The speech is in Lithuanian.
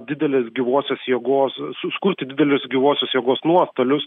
didelės gyvosios jėgos suskurti didelius gyvosios jėgos nuostolius